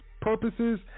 purposes